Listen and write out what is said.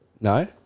no